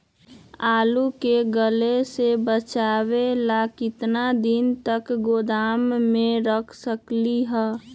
आलू के गले से बचाबे ला कितना दिन तक गोदाम में रख सकली ह?